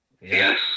Yes